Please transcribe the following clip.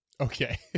okay